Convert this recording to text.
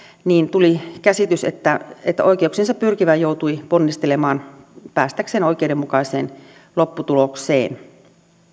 tuli käsitys että että oikeuksiinsa pyrkivä joutui ponnistelemaan päästäkseen oikeudenmukaiseen lopputulokseen